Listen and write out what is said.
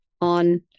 on